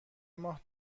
ماه